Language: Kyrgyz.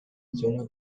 видеону